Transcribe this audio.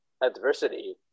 adversity